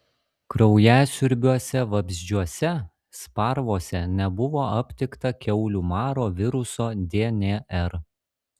kraujasiurbiuose vabzdžiuose sparvose nebuvo aptikta kiaulių maro viruso dnr